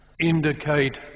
indicate